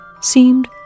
seemed